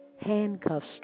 handcuffs